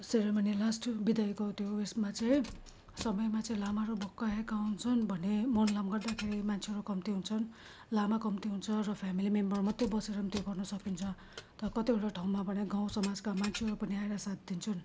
ceremony last बिदाइको त्यो उएसमा चाहिँ समयमा चाहिँ लामाहरू भक्कु आएका हुन्छन् भने मोर्लम गर्दाखेरि मान्छेहरू कम्ती हुन्छन् लामा कम्ती हुन्छ र फेमिली मेम्बर मात्रै बसेर पनि त्यो गर्न सकिन्छ त कतिवटा ठाउँमा गाउँ समाजका मान्छेहरू पनि आएर साथ दिन्छन्